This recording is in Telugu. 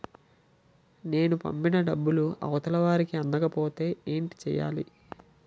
నేను పంపిన డబ్బులు అవతల వారికి అందకపోతే ఏంటి చెయ్యాలి?